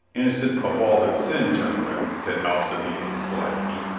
innocent of all but sin, gentlemen, said alci biade politely.